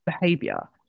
behavior